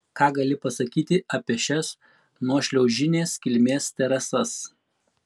ką gali pasakyti apie šias nuošliaužinės kilmės terasas